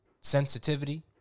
Sensitivity